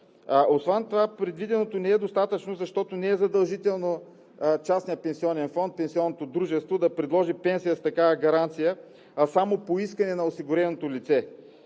Освен това предвиденото не е достатъчно, защото не е задължително частният пенсионен фонд, пенсионното дружество да предложи пенсия с такава гаранция, а само по искане на осигуреното лице